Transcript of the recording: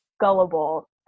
gullible